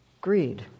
greed